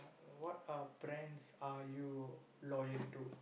oh what uh brands are you loyal to